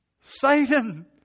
Satan